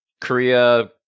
Korea